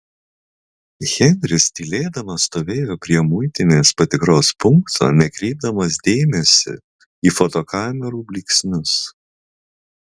henris tylėdamas stovėjo prie muitinės patikros punkto nekreipdamas dėmesio į fotokamerų blyksnius